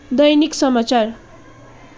दैनिक समाचार